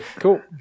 Cool